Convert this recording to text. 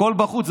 הכול בחוץ.